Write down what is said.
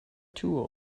too